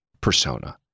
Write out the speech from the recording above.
persona